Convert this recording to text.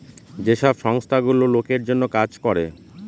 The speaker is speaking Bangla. যে সব সংস্থা গুলো লোকের জন্য কাজ করে